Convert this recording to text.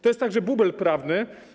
To jest także bubel prawny.